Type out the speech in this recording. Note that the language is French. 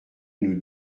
nous